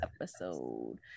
episode